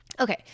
Okay